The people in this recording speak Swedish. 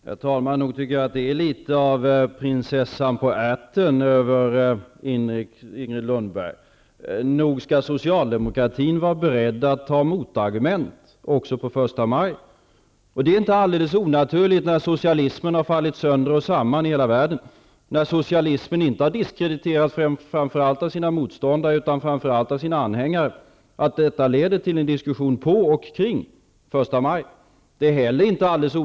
Herr talman! Nog tycker jag att det är litet av prinsessan på ärten över Inger Lundberg. Nog skall socialdemokratin vara beredd att ta motargument, även på första maj. Socialismen har fallit sönder och samman i hela världen. Socialismen har inte främst diskrediterats av sina motståndare utan framför allt av sina anhängare. Det är inte helt onaturligt att detta leder till en diskussion på och kring första maj.